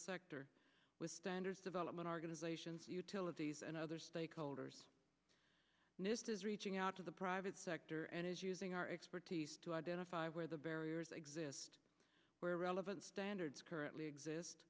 sector with standards development organizations utilities and other stakeholders nist is reaching out to the private sector and is using our expertise to identify where the barriers exist where relevant standards currently exist